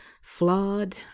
flawed